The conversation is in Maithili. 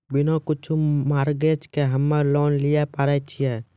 बिना कुछो मॉर्गेज के हम्मय लोन लिये पारे छियै?